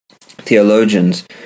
theologians